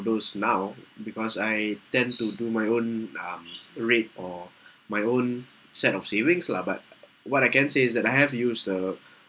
those now because I tend to do my own um rate or my own set of savings lah but what I can say is that I have used uh